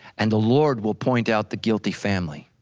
and the lord will point out the guilty family.